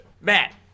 Matt